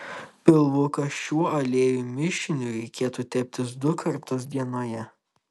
pilvuką šiuo aliejų mišiniu reikėtų teptis du kartus dienoje